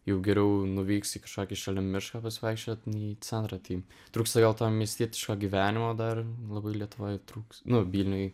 jau geriau nuvyks į kažkokį šalia mišką pasivaikščiot nei į centrą tai trūksta gal to miestietiško gyvenimo dar labai lietuvoje trūks nu vilniuj